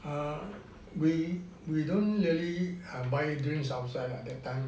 we we don't really err buy drink outside lah that time